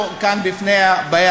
לכן אני אומר